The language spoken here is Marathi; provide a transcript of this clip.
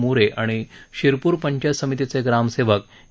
मोरे आणि शिरपूर पंचायत समितीचे ग्रामसेवक ए